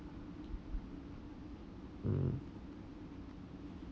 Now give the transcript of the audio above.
mm